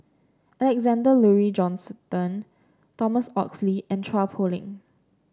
Alexander Laurie Johnston Thomas Oxley and Chua Poh Leng